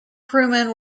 crewmen